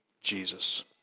Jesus